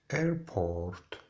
airport